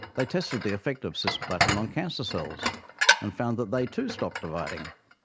they tested the effect of cisplatin on cancer cells and found that they too stopped dividing.